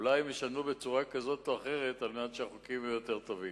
אולי הם ישנו בצורה כזאת או אחרת כדי שהחוקים יהיו יותר טובים.